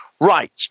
right